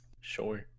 Sure